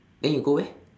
then you go where